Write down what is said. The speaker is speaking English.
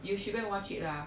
you should go and watch it lah